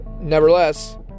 Nevertheless